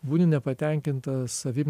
būni nepatenkintas savim